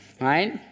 right